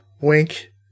Wink